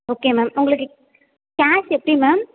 okay ma'am உங்களுக்கு cash எப்படி ma'am